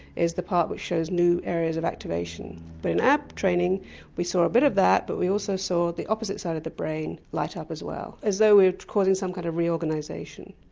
is the part which shows new areas of activation. but in our training we saw a bit of that but we also saw the opposite side of the brain light up as well. as though we were causing some kind of reorganisation.